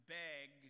beg